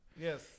Yes